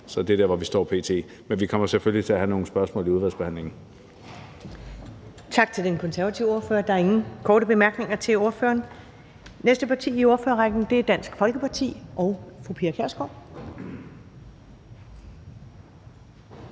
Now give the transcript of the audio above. Det er der, hvor vi p.t. står. Men vi kommer selvfølgelig til at have nogle spørgsmål i udvalgsbehandlingen. Kl. 13:05 Første næstformand (Karen Ellemann): Tak til den konservative ordfører. Der er ingen korte bemærkninger til ordføreren. Det næste parti i ordførerrækken er Dansk Folkeparti. Fru Pia Kjærsgaard,